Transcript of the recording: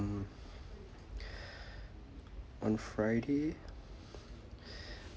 on friday